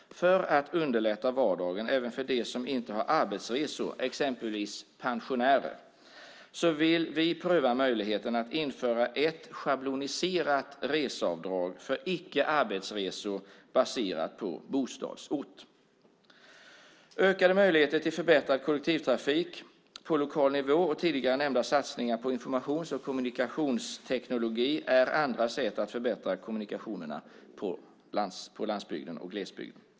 För att underlätta vardagen även för dem som inte har arbetsresor, exempelvis pensionärer, vill vi pröva möjligheten att införa ett schabloniserat reseavdrag för icke-arbetsresor baserat på bostadsort. Ökade möjligheter till förbättrad kollektivtrafik på lokal nivå och tidigare nämnda satsningar på informations och kommunikationsteknologi är andra sätt att förbättra kommunikationerna på landsbygden och i glesbygden.